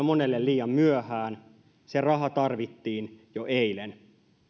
monelle jo liian myöhään se raha tarvittiin jo eilen